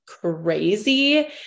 crazy